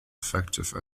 effective